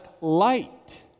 light